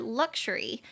luxury